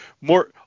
more